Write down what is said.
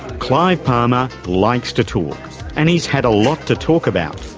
clive palmer likes to to and he's had a lot to talk about.